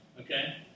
Okay